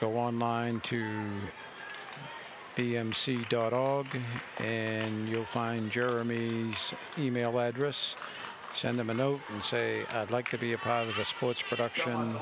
go on line two p m see dog and you'll find jeremy's email address send them a note and say i'd like to be a part of the sports production